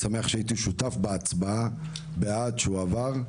אני שמח שהייתי שותף בהצבעה בעד, שהוא עבר.